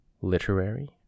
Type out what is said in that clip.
literary